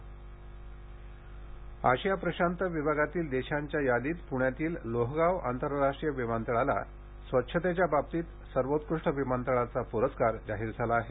लोहगाव विमानतळ आशिया प्रशांत विभागातील देशांच्या यादीत पुण्यातील लोहगाव आंतरराष्ट्रीय विमानतळाला स्वच्छतेच्या बाबतीत सर्वोत्कृष्ट विमानतळाचा पुरस्कार जाहीर झाला आहे